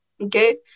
Okay